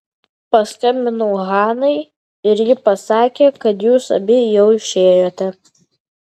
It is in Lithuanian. paskambinau hanai ir ji pasakė kad jūs abi jau išėjote